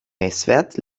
messwert